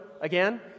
again